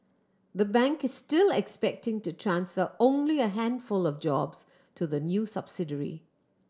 the bank is still expecting to transfer only a handful of jobs to the new subsidiary